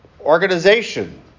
organization